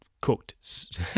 Cooked